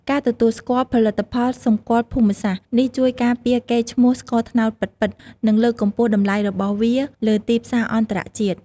ការទទួលស្គាល់ ផលិតផលសម្គាល់ភូមិសាស្ត្រ នេះជួយការពារកេរ្តិ៍ឈ្មោះស្ករត្នោតពិតៗ និងលើកកម្ពស់តម្លៃរបស់វាលើទីផ្សារអន្តរជាតិ។